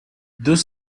deux